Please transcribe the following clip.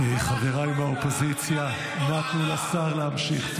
חבריי באופוזיציה, נא תנו לשר להמשיך.